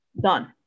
Done